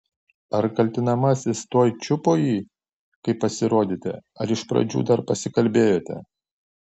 ar kaltinamasis tuoj čiupo jį kai pasirodėte ar iš pradžių dar pasikalbėjote